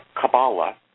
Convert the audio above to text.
Kabbalah